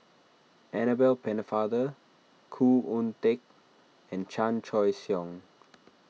Annabel Pennefather Khoo Oon Teik and Chan Choy Siong